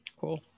cool